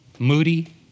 Moody